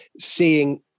seeing